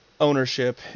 ownership